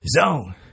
zone